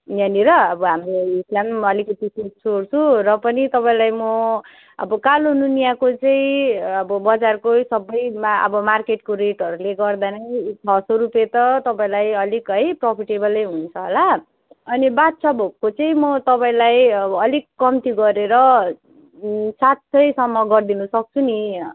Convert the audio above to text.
यहाँनिर अब हाम्रो ऊ यसलाई पनि अलिकति सोद्छु ओर्छु र पनि तपाईँलाई म अब कालो नुनियाको चाहिँ अब बजारकै सबैमा अब मार्केटको रेटहरूले गर्दा नै छ सय रुपियाँ त तपाईँलाई अलिक है प्रोफिटेबलै हुन्छ हला अनि बादशाह भोगको चाहिँ म तपाईँलाई अलिक कम्ती गरेर सात सयसम्म गरिदिनु सक्छु नि